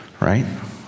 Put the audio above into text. right